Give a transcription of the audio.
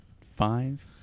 five